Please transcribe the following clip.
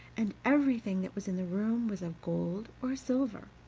and everything that was in the room was of gold or silver,